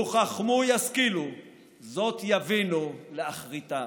לו חכמו ישכילו זאת יבינו לאחריתם".